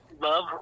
love